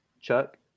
Chuck